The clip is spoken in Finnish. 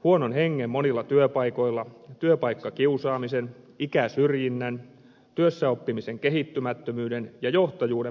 huonon hengen monilla työpaikoilla työpaikkakiusaamisen ikäsyrjinnän työssäoppimisen kehittymättömyyden ja johtajuuden monet puutteet